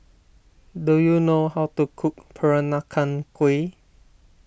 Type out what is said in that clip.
do you know how to cook Peranakan Kueh